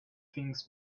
things